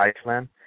Iceland